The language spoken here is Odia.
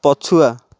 ପଛୁଆ